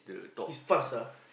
he's fast lah